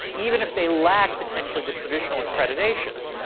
even if they lack, potentially, the traditional accreditations.